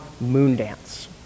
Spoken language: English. Moondance